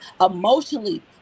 emotionally